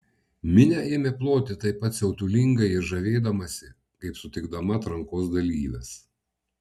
minia ėmė ploti taip pat siautulingai ir žavėdamasi kaip sutikdama atrankos dalyves